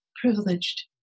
privileged